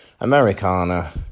Americana